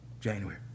January